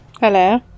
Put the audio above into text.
Hello